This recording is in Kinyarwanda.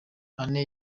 anne